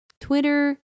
Twitter